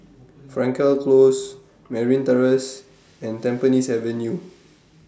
Frankel Close Merryn Terrace and Tampines Avenue